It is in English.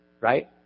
right